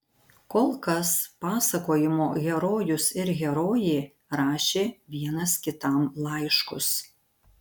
kol kas pasakojimo herojus ir herojė rašė vienas kitam laiškus